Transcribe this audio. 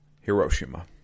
Hiroshima